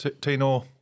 Tino